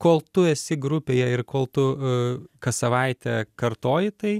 kol tu esi grupėje ir kol tu kas savaitę kartoji tai